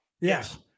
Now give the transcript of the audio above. Yes